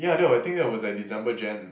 yeah that I think that was like December Jan